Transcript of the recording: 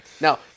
Now